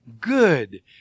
good